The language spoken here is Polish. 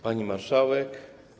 Pani Marszałek!